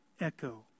echo